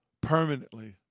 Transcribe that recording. Permanently